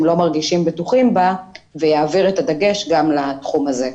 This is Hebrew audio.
לא מרגישים בטוחים ויעביר את הדגש גם לתחום הזה.